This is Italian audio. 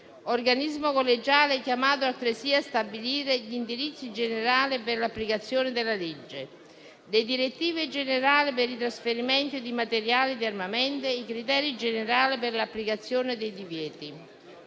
organismo collegiale chiamato altresì a stabilire gli indirizzi generali per l'applicazione della legge, le direttive generali per i trasferimenti di materiali di armamento e i criteri generali per l'applicazione dei divieti.